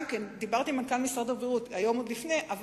דיברתי עם מנכ"ל משרד הבריאות היום עוד לפני כן,